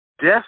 Death